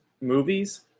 movies